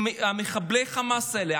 מחבלי החמאס האלה,